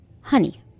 honey